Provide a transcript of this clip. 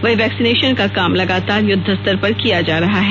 वहीं वैक्सीनेशन का काम लगातार युद्धस्तर पर किया जा रहा है